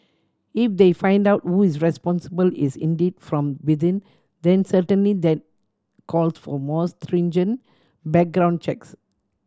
if they find out who is responsible is indeed from within then certainly that calls for more stringent background checks